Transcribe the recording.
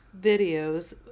videos